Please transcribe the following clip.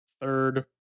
third